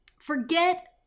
forget